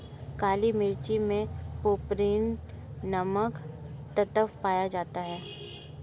काली मिर्च मे पैपरीन नामक तत्व पाया जाता है